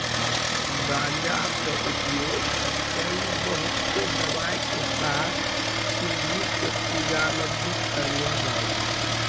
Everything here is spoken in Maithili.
गांजा कॅ उपयोग कई बहुते दवाय के साथ शिवजी के पूजा मॅ भी करलो जाय छै